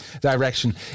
direction